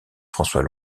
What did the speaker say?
françois